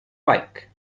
like